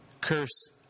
curse